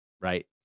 right